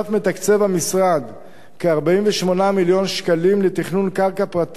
המשרד מתקצב כ-48 מיליון שקלים לתכנון קרקע פרטית